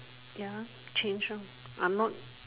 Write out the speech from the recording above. ya change or I'm not